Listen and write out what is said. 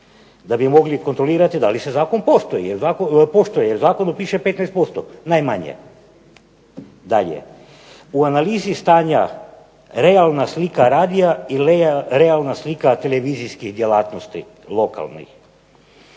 da li mogli kontrolirati da li se zakon poštuje, jer u zakonu piše 15% najmanje. Dalje, u analizi stanja realna slika radija i realna slika televizijskih djelatnosti lokalnih.